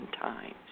times